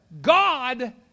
God